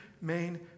main